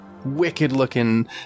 Wicked-looking